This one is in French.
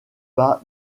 pas